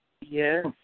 Yes